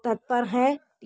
तत्पर हैं